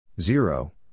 zero